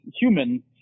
human